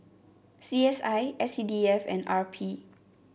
C S I S C D F and R P